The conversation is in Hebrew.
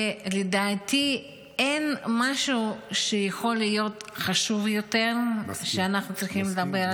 ולדעתי אין משהו שיכול להיות חשוב יותר שאנחנו צריכים עליו.